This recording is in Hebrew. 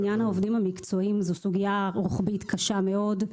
עניין העובדים המקצועיים זו סוגייה רוחבית קשה מאוד,